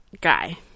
guy